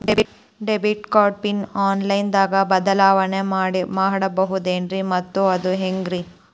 Debit card pin online ದಾಗ ಬದಲಾವಣೆ ಮಾಡಬಹುದೇನ್ರಿ ಮತ್ತು ಅದು ಹೆಂಗ್ರಿ?